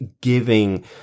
giving